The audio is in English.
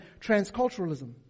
transculturalism